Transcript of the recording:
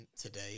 today